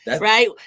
right